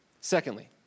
secondly